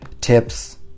tips